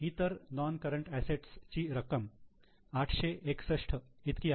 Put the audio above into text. इतर non current assets ची रक्कम 861 इतकी आहे